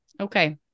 okay